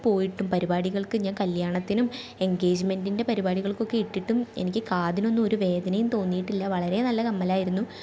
പോയിട്ടും പരിപാടികൾക്ക് ഞാൻ കല്യാണത്തിനും എൻഗേജ്മെൻ്റിൻ്റെ പരിപാടികൾക്ക് ഒക്കെ ഇട്ടിട്ടും എനിക്ക് കാതിനൊന്നും ഒരു വേദനയും തോന്നിയിട്ടില്ല വളരെ നല്ല കമ്മലായിരുന്നു